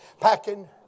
packing